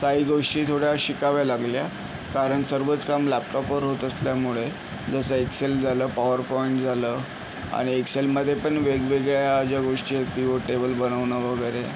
काही गोष्टी थोड्या शिकाव्या लागल्या कारण सर्वच काम लॅपटॉपवर होत असल्यामुळे जसं एक्सेल झालं पॉवर पॉइंट झालं आणि एक्सेलमध्ये पण वेगवेगळ्या ज्या गोष्टी आहेत पी ओ टेबल बनवणं वगैरे